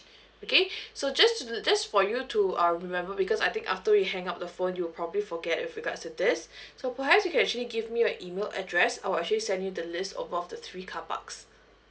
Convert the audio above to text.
okay so just to just for you to uh remember because I think after we hang up the phone you'll probably forget with regards to this so perhaps you can actually give me your email address I will actually send you the list of all the three carparks